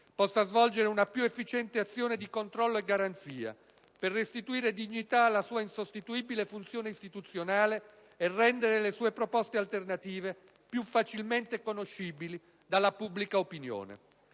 possa svolgere una più efficiente azione di controllo e garanzia, per restituire dignità alla sua insostituibile funzione istituzionale e rendere le sue proposte alternative più facilmente conoscibili dalla pubblica opinione.